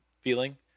feeling